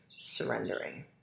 surrendering